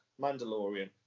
Mandalorian